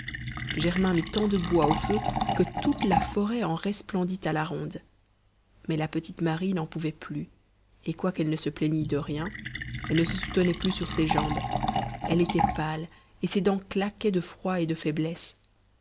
germain mit tant de bois au feu que toute la forêt en resplendit à la ronde mais la petite marie n'en pouvait plus et quoiqu'elle ne se plaignît de rien elle ne se soutenait plus sur ses jambes elle était pâle et ses dents claquaient de froid et de faiblesse